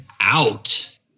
out